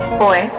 boy